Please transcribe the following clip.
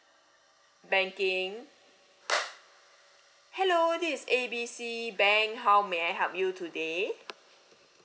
banking hello this is A B C bank how may I help you today